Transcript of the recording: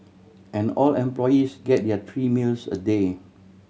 and all employees get there three meals a day